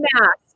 mask